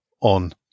on